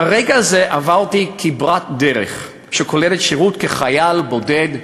מהרגע הזה עברתי כברת דרך שכוללת שירות כחייל בודד,